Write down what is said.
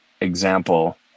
example